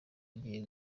agiye